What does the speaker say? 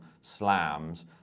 slams